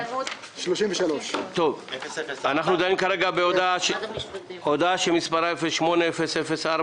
אנחנו דנים בהודעה 08-004,